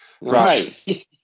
Right